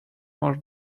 more